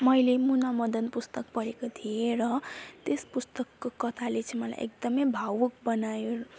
मैले मुना मदन पुस्तक पढेको थिएँ र त्यस पुस्तकको कथाले चाहिँ मलाई एकदमै भावुक बनायो